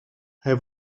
hij